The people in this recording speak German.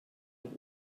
auch